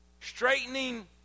Straightening